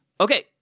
Okay